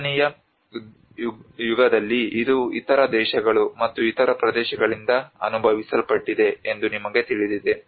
ಮೂರನೆಯ ಯುಗದಲ್ಲಿ ಇದು ಇತರ ದೇಶಗಳು ಮತ್ತು ಇತರ ಪ್ರದೇಶಗಳಿಂದ ಅನುಭವಿಸಲ್ಪಟ್ಟಿದೆ ಎಂದು ನಿಮಗೆ ತಿಳಿದಿದೆ